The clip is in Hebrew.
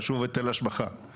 חשוב היטל השבחה.